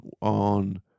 on